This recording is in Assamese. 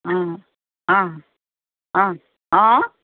অঁ অঁ অঁ অঁ